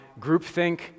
groupthink